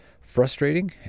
frustrating